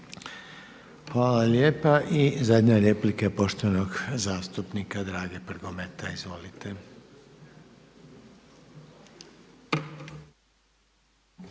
Hvala lijepo. I zadnja replika poštovanog zastupnika Drage Prgometa. Izvolite.